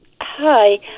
Hi